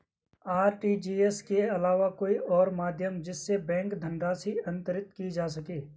RTGS के अलावा कोई और माध्यम जिससे बैंक धनराशि अंतरित की जा सके?